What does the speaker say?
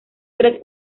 tres